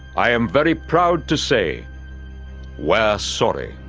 i am very proud to say we're sorry.